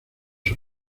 sus